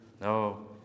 No